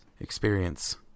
experience